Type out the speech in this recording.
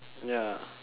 ya